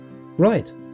Right